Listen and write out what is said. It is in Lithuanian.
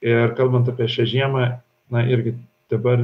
ir kalbant apie šią žiemą na irgi dabar